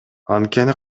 анткени